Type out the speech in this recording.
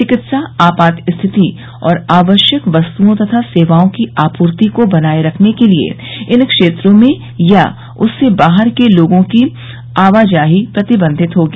चिकित्सा आपात स्थिति और आवश्यक वस्तुओं तथा सेवाओं की आपूर्ति को बनाए रखने के लिए इन क्षेत्रों में या उससे बाहर के लोगों की आवाजाही प्रतिबंधित होगी